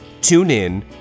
TuneIn